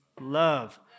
love